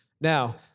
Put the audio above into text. Now